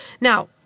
Now